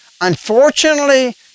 unfortunately